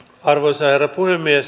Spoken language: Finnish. arvoisa herra puhemies